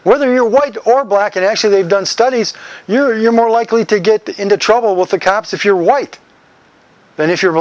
whether you're white or black actually they've done studies you're more likely to get into trouble with the cops if you're white than if you're